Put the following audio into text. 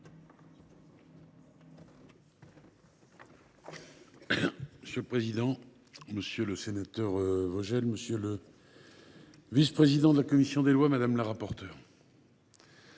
Monsieur le président, monsieur le sénateur Vogel, monsieur le vice président de la commission des lois, madame la rapporteure,